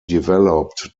developed